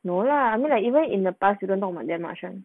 no lah I mean like even in the past he don't know like that much [one]